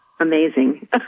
Amazing